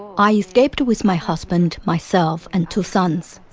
i escaped with my husband, myself, and two sons.